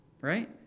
Right